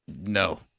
no